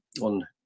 on